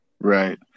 right